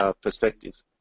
perspective